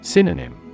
Synonym